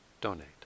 donate